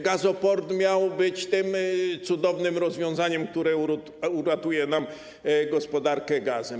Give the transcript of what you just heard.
Gazoport miał być tym cudownym rozwiązaniem, które uratuje nam gospodarkę gazu.